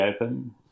open